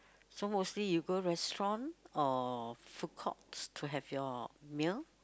so mostly you go restaurant or food court to have your meal